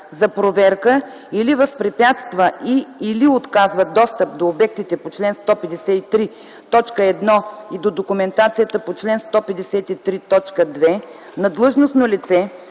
за проверка или възпрепятства и/или отказва достъп до обектите по чл. 153, т. 1 и до документацията по чл. 153, т. 2 на длъжностно лице